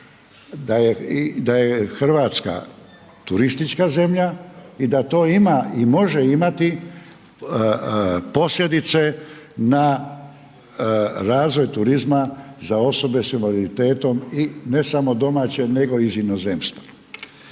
da je Hrvatska turistička zemlja i da to ima i može imati posljedice ne razvoj turizma za osobe s invaliditetom i ne samo domaće nego iz inozemstva.